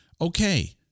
okay